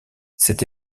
cette